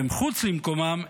והם חוץ למקומם,